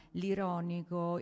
l'ironico